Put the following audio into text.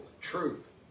truth